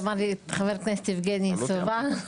אמר חבר הכנסת יבגני סובה.